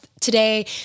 today